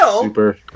Super